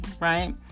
right